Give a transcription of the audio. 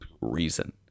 reason